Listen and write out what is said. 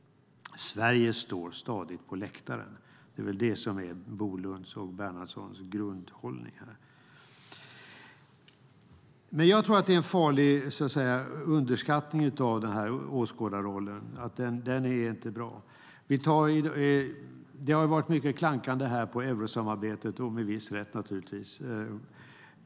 Sverige står stadigt på läktaren. Det är väl det som är Bolunds och Bernhardssons grundhållning. Jag tror att det är en farlig underskattning av den här åskådarrollen. Den är inte bra. Det har varit mycket klankande här på eurosamarbetet, med viss rätt naturligtvis.